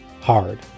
hard